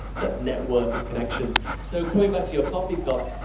that network of connections. so, coming back to your coffee cup,